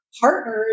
partners